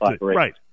Right